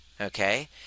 okay